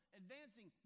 advancing